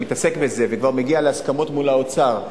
שמתעסק בזה וכבר מגיע להסכמות מול האוצר,